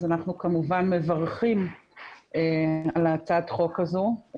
אנחנו כמובן מברכים על הצעת החוק הזו.